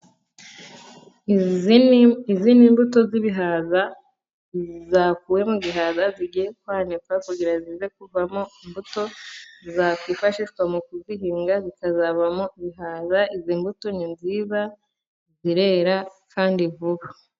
Izi ni mbuto z'ibihaza zakuwe mu gihaza. Zigiye kwanikwa kugira ngo zize kuvamo imbuto zakwifashishwa mu kuzihinga, zikazavamo bihaza. Izi mbuto ni nziza, zirera kandi vuba.